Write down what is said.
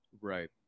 Right